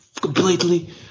completely